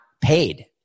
paid